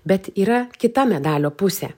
bet yra kita medalio pusė